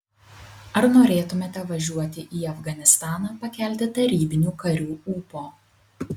ar norėtumėte važiuoti į afganistaną pakelti tarybinių karių ūpo